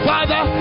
Father